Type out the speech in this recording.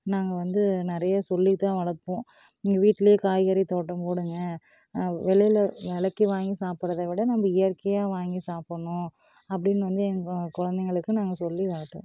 நாங்கள் வந்து நிறைய சொல்லி தான் வளர்ப்போம் இங்கே வீட்லையே காய்கறி தோட்டம் போடுங்க வெளியில விலைக்கி வாங்கி சாப்பிடுறத விட நம்ம இயற்கையாக வாங்கி சாப்புடன்னும் அப்படினு வந்து எங்கள் குழந்தைங்களுக்கு நாங்கள் சொல்லி வளர்த்தோம்